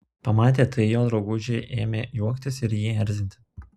pamatę tai jo draugužiai ėmė juoktis ir jį erzinti